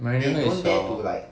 morino is a